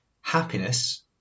happiness